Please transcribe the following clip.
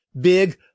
big